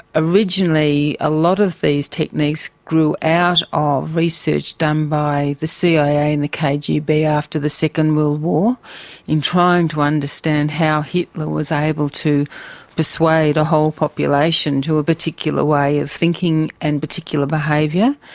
originally a lot of these techniques grew out of research done by the cia and the kgb after the second world war in trying to understand how hitler was able to persuade a whole population to a particular way of thinking and particular behaviour,